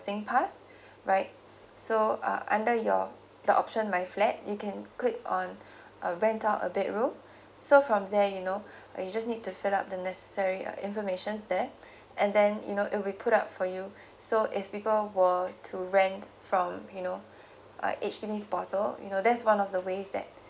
S G pass right so uh under your the option my flat you can click on uh rent out a bedroom so from there you know you just need to fill up the necessary uh information there and then you know it'll put up for you so if people were to rent from you know uh H_D_B portal you know that's one of the ways that